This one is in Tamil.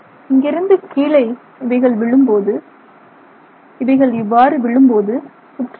இங்கிருந்து கீழே இவைகள் விழும்போது இவைகள் இவ்வாறு விழும்போது சுற்றாது